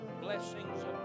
blessings